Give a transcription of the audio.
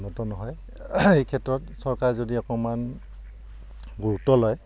উন্নত নহয় এই ক্ষেত্ৰত চৰকাৰ যদি অকণমান গুৰুত্ব লয়